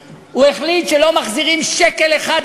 תגיד לי, כמה שנים אתה צריך